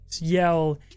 yell